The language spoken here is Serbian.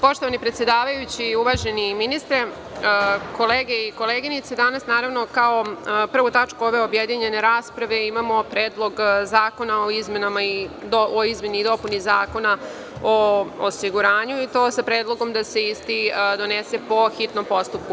Poštovani predsedavajući, uvaženi ministre, kolege i koleginice, danas kao prvu tačku ove objedinjene rasprave imamo Predlog zakona o izmenama i dopunama Zakona o osiguranju, i to sa predlogom da se isti donese po hitnom postupku.